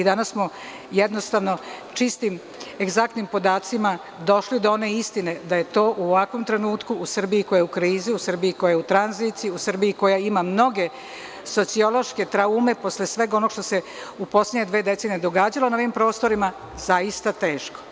Danas smo čistim, egzaktnim podacima došli do one istine da je to u ovakvom trenutku, u Srbiji koja je u krizi, u Srbiji koja je u tranziciji, u Srbiji koja ima mnoge sociološke traume, posle svega onoga što se u poslednje dve decenije događalo na ovim prostorima, zaista teško.